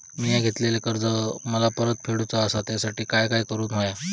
मिया घेतलेले कर्ज मला परत फेडूचा असा त्यासाठी काय काय करून होया?